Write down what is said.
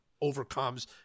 overcomes